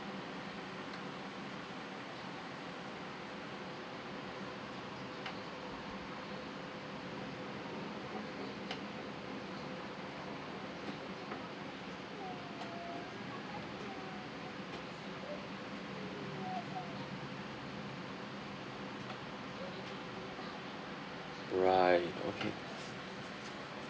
right okay